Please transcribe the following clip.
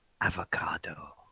Avocado